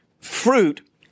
fruit